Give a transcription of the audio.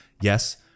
Yes